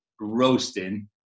roasting